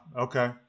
okay